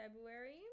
february